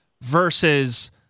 versus